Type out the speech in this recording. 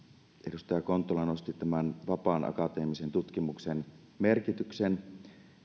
edustaja kontula nosti vapaan akateemisen tutkimuksen merkityksen